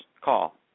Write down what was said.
call